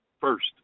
first